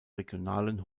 regionalen